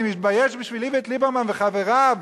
אני מתבייש בשביל איווט ליברמן וחבריו,